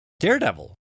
daredevil